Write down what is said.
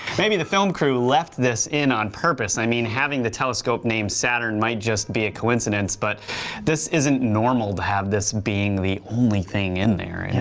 maybe the film crew left this in on purpose, i mean having the telescope named saturn might just be a coincidence. but this is isn't normal to have this being the only thing in there, and